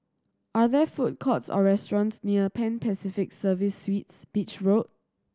are there food courts or restaurants near Pan Pacific Service Suites Beach Road